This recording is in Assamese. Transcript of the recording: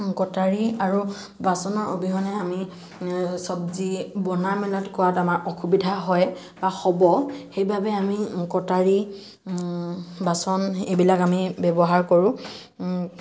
কটাৰী আৰু বাচনৰ অবিহনে আমি চবজি বনোৱা মেলাটো কৰাত আমাৰ অসুবিধা হয় বা হ'ব সেইবাবে আমি কটাৰী বাচন এইবিলাক আমি ব্যৱহাৰ কৰো